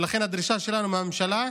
ולכן הדרישה שלנו מהממשלה,